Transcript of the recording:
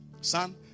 son